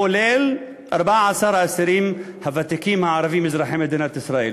כולל 14 האסירים הוותיקים הערבים אזרחי מדינת ישראל,